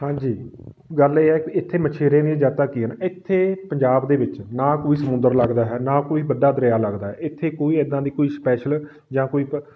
ਹਾਂਜੀ ਗੱਲ ਇਹ ਹੈ ਇੱਥੇ ਮਛੇਰੇ ਦੀਆਂ ਜਾਤਾਂ ਕੀ ਹਨ ਇੱਥੇ ਪੰਜਾਬ ਦੇ ਵਿੱਚ ਨਾ ਕੋਈ ਸਮੁੰਦਰ ਲੱਗਦਾ ਹੈ ਨਾ ਕੋਈ ਵੱਡਾ ਦਰਿਆ ਲੱਗਦਾ ਹੈ ਇੱਥੇ ਕੋਈ ਇੱਦਾਂ ਦੀ ਕੋਈ ਸਪੈਸ਼ਲ ਜਾਂ ਕੋਈ